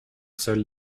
seul